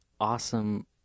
awesome